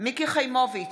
מיקי חיימוביץ'